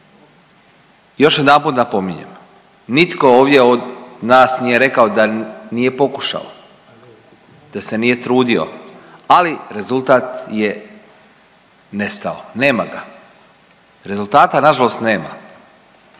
Još jedanput napominjem, nitko ovdje od nas nije rekao da nije pokušao. Da se nije trudio, ali rezultat je nestao, nema ga, rezultata nažalost nema